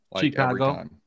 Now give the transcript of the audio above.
Chicago